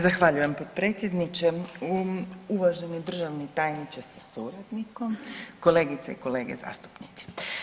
Zahvaljujem potpredsjedniče, uvaženi državni tajniče sa suradnikom, kolegice i kolege zastupnici.